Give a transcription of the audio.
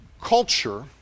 culture